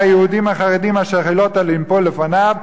היהודים החרדים אשר החילותָ לנפול לפניו,